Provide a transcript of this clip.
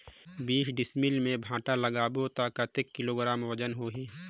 बीस डिसमिल मे भांटा लगाबो ता कतेक किलोग्राम वजन होही?